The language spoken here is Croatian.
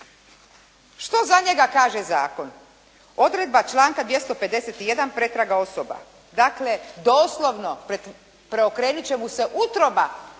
što za njega kaže zakon. Odredba članka 251. pretraga osoba. Dakle doslovno preokrenuti će mu se utroba